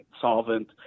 solvent